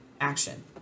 action